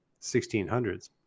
1600s